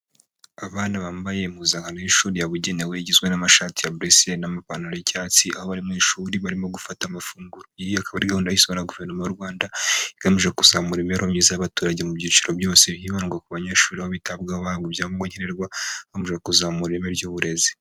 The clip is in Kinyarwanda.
Abana bambaye impuzankano y'ishuri yabugenewe igizwe n'amashati ya buresiyeri n'amapantaro y'icyatsi, aho bari mu ishuri barimo gufata amafunguro akaba ari gahunda yashizweho na guverinoma y'u Rwanda igamije kuzamura imibereho myiza y'abaturage mu byiciro byose hibandwa ku banyeshuri aho bitabwaho bahabwa ibyangombwa nkenerwa hagamijwe kuzamura ireme ry'uburezi.